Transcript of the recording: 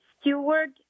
Steward